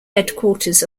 headquarters